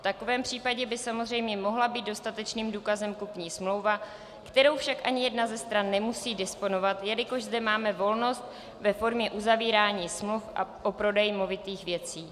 V takovém případě by samozřejmě mohla být dostatečným důkazem kupní smlouva, kterou však ani jedna ze stran nemusí disponovat, jelikož zde máme volnost ve formě uzavírání smluv o prodeji movitých věcí.